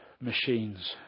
machines